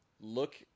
look